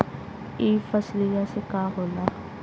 ई फसलिया से का होला?